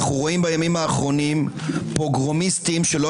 אנו רואים בימים האחרונים פוגרומיסטים שלא